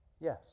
yes